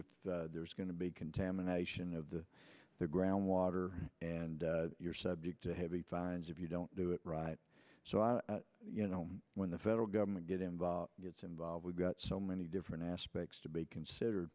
if there's going to be contamination of the groundwater and you're subject to heavy fines if you don't do it right so i you know when the federal government get involved gets involved we've got so many different aspects to be considered